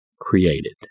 created